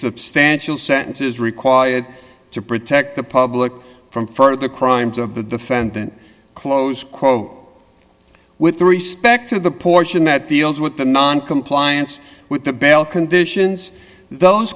substantial sentence is required to protect the public from further the crimes of the defendant close quote with respect to the portion that deals with the noncompliance with the bail conditions those